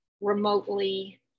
remotely